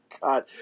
God